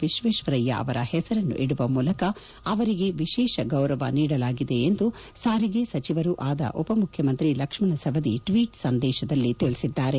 ವಿಶ್ವೇಶ್ವರಯ್ಯ ಅವರ ಹೆಸರನ್ನಿಡುವ ಮೂಲಕ ಅವರಿಗೆ ವಿಶೇಷ ಗೌರವ ನೀಡಲಾಗಿದೆ ಎಂದು ಸಾರಿಗೆ ಸಚಿವರೂ ಆದ ಉಪಮುಖ್ಯಮಂತ್ರಿ ಲಕ್ಷ್ಮಣ ಸವದಿ ಟ್ವೀಟ್ ಸಂದೇತದಲ್ಲಿ ತಿಳಿಸಿದ್ದಾರೆ